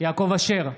יעקב אשר,